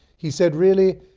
he said really,